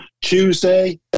Tuesday